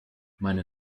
meine